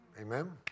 Amen